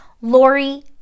Lori